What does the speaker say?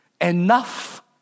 enough